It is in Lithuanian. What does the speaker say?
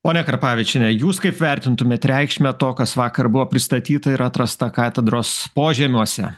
ponia karpavičiene jūs kaip vertintumėt reikšmę to kas vakar buvo pristatyta ir atrasta katedros požemiuose